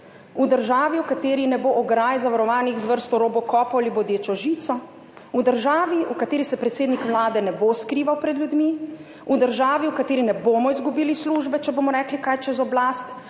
v državi, v kateri ne bo ograj, zavarovanih z vrsto robokopov ali bodečo žico, v državi, v kateri se predsednik Vlade ne bo skrival pred ljudmi, v državi, v kateri ne bomo izgubili službe, če bomo rekli kaj čez oblast,